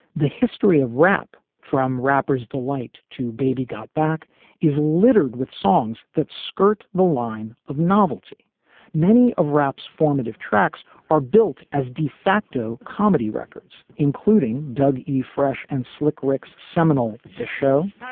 the history of rap from rapper's delight to baby got back is littered with songs that skirt the line of novelty many of rap's formative tracks are built as de-facto comedy records, including doug e. fresh and slick rick's seminal show,